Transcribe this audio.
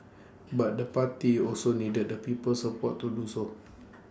but the party also needed the people's support to do so